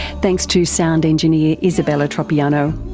thanks to sound engineer isabella tropiano.